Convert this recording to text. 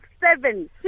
seven